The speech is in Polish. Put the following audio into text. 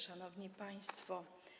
Szanowni Państwo!